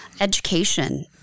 education